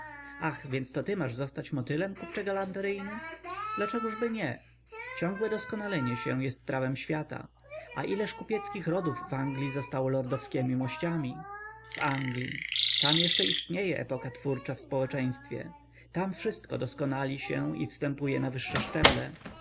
ach więc to ty masz zostać motylem kupcze galanteryjny dlaczegożby nie ciągłe doskonalenie się jest prawem świata a ileżto kupieckich rodów w anglii zostało lordowskiemi mościami w anglii tam jeszcze istnieje epoka twórcza w społeczeństwie tam wszystko doskonali się i występuje na wyższe szczeble